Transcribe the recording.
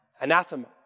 anathema